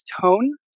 tone